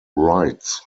rights